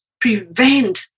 prevent